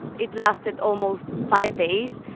it lasted almost five days.